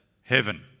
heaven